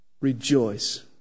rejoice